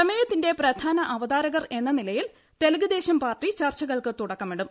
പ്രമേയത്തിന്റെ പ്രധാന അവതാരകർ എന്ന നിലയിൽ തെലുഗുദേശം പാർട്ടി ചർച്ചകൾക്ക് തുടക്കമിടും